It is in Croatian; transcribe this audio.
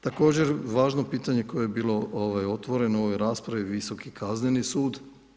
Također važno pitanje koje je bilo otvoreno u ovoj raspravi, Visoki kazneni sud.